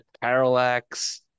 Parallax